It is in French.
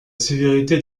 sévérité